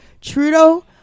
Trudeau